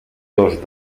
dos